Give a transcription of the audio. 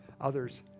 others